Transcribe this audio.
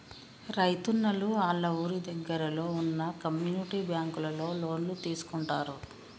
రైతున్నలు ఆళ్ళ ఊరి దగ్గరలో వున్న కమ్యూనిటీ బ్యాంకులలో లోన్లు తీసుకుంటారు